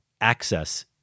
access